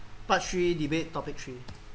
part three debate topic three